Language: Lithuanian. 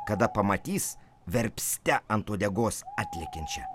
kada pamatys verpste ant uodegos atlekiančią